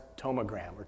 tomogram